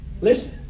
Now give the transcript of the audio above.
Listen